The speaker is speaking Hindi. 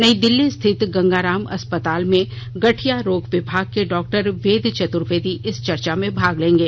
नई दिल्ली स्थित गंगाराम अस्पताल में गठिया रोग विभाग के डॉक्टर वेद चतुर्वेदी इस चर्चा में भाग लेंगे